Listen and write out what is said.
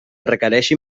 requereixin